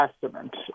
testament